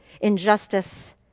injustice